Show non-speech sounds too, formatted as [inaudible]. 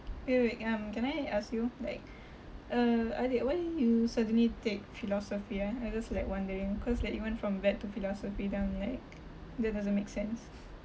wait wait um can I ask you like uh I did why you suddenly take philosophy ah I just like wondering cause like you went from vet to philosophy then I'm like that doesn't make sense [laughs]